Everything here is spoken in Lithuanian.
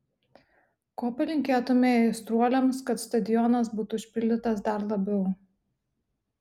ko palinkėtumei aistruoliams kad stadionas būtų užpildytas dar labiau